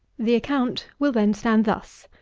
the account will then stand thus